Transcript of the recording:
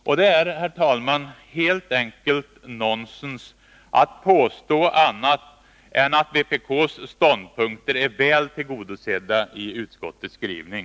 Det är, herr talman, helt enkelt nonsens att påstå annat än att vpk:s ståndpunkter är väl tillgodosedda i utskottets skrivning.